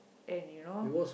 and you know